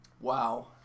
wow